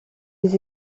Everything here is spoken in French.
les